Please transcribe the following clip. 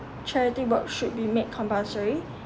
charity work should be made compulsory